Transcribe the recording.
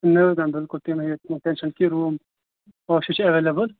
نہَ حظ نہَ نہَ بِلکُل تُہۍ مٔہ ہیٚیِو ٹینٛشَن کیٚنٛہہ روٗم پانٛژ شےٚ چھِ ایٚویلیبٕل